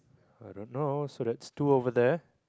I don't know so there's two over there